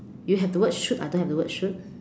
you have the word shoot I don't have the word shoot